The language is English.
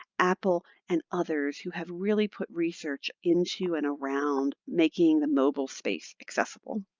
apple, and others who have really put research into and around making the mobile space accessible.